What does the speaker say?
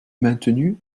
maintenu